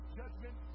judgment